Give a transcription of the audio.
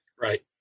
right